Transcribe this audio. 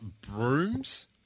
brooms